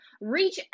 reach